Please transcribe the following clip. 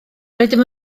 rydym